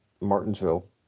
Martinsville